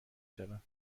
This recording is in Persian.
شوم